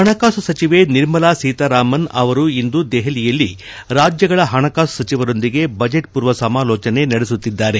ಪಣಕಾಸು ಸಚಿವೆ ನಿರ್ಮಲಾ ಸೀತಾರಾಮನ್ ಅವರಿಂದು ದೆಹಲಿಯಲ್ಲಿ ರಾಜ್ಯಗಳ ಹಣಕಾಸು ಸಚಿವರೊಂದಿಗೆ ಬಜೆಟ್ ಪೂರ್ವ ಸಮಾಲೋಚನೆ ನಡೆಸುತ್ತಿದ್ದಾರೆ